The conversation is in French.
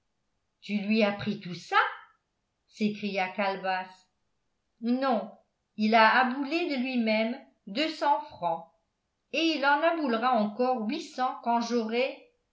tu lui as pris tout ça s'écria calebasse non il a aboulé de lui-même deux cents francs et il en aboulera encore huit cents quand j'aurai